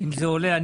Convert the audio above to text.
אכן עולה.